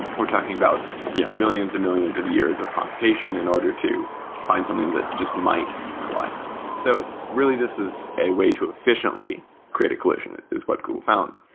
we're talking about yeah millions and millions of years of computation in order to find something that just might collide so really, this is a way to efficiently create a collision, is what google found.